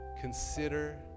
Consider